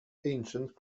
ancient